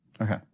Okay